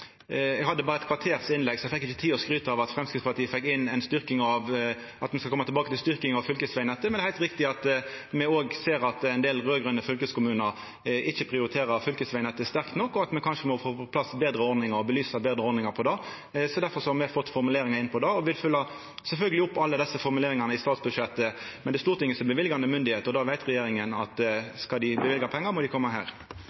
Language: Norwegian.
Eg hadde berre eit kvarters innlegg, så eg fekk ikkje tid til å skryta av at me skal koma tilbake til styrking av fylkesvegnettet. Men det er heilt riktig at me òg ser at ein del raud-grøne fylkeskommunar ikkje prioriterer fylkesvegnettet sterkt nok, og at me kanskje må få på plass betre ordningar og belysa betre ordningar for det. Difor har me fått inn formuleringar om det. Me vil sjølvsagt følgja opp alle desse formuleringane i statsbudsjettet. Men det er Stortinget som er løyvande myndigheit, og då veit regjeringa at